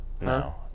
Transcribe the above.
no